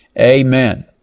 Amen